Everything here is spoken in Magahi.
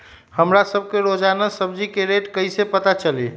हमरा सब के रोजान सब्जी के रेट कईसे पता चली?